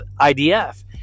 IDF